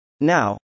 Now